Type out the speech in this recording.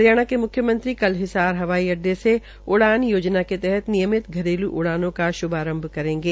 हरियाणा के मुख्यमंत्री कल हिसार हवाई अड्डे से उड़ान योजना के तहत नियमित घरेल् उड़ानों का शभारंभ करेंगे